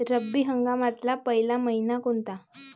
रब्बी हंगामातला पयला मइना कोनता?